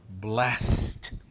blessed